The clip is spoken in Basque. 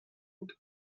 dut